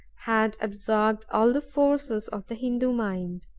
had absorbed all the forces of the hindoo mind.